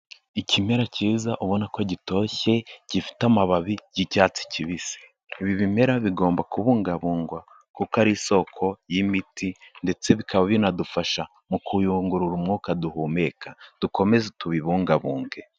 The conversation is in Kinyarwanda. Ikimera cyiza ubona ko gitoshye gifite amababi y'icyatsi kibisi, ibi bimera bigomba kubungabungwa kuko ari isoko y'imiti ndetse bikaba binadufasha mu kuyungurura umwuka duhumeka, dukomeze tubibungabunge.